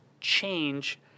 change